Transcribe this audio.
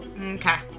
Okay